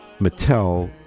Mattel